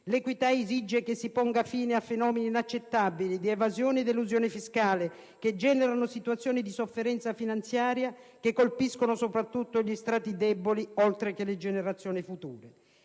l'equità esige che si ponga fine a fenomeni inaccettabili di evasione ed elusione fiscale, che generano situazioni di sofferenza finanziaria che colpiscono soprattutto gli strati deboli, oltre che le generazioni future.